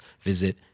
visit